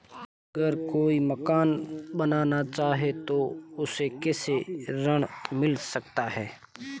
अगर कोई मकान बनाना चाहे तो उसे बैंक से ऋण मिल सकता है?